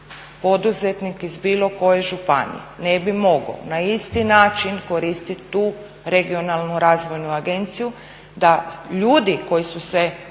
poduzetnik iz bilo koje županije ne bi mogao na isti način koristit tu Regionalnu razvojnu agenciju da ljudi koji su se